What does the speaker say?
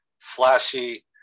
flashy